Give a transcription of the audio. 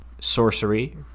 sorcery